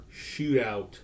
shootout